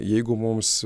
jeigu mums